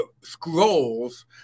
scrolls